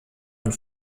und